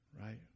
Right